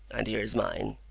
and here's mine.